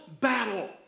battle